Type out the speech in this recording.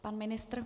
Pan ministr?